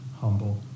humble